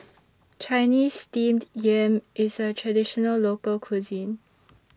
Chinese Steamed Yam IS A Traditional Local Cuisine